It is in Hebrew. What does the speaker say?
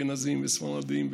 אשכנזים וספרדים,